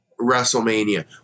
WrestleMania